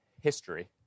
history